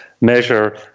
measure